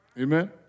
Amen